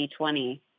2020